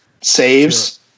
saves